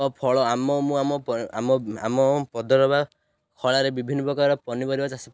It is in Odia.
ଓ ଫଳ ଆମ ମୁଁ ଆମ ପଦର ବା ଖଳାରେ ବିଭିନ୍ନ ପ୍ରକାର ପନିପରିବା ଚାଷ